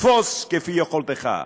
תפוס כפי יכולתך.